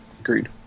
Agreed